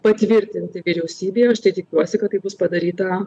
patvirtinti vyriausybė aš tai tikiuosi kad tai bus padaryta